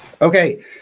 okay